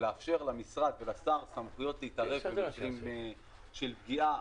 ולאפשר למשרד ולשר סמכויות להתערב במקרים של פגיעה,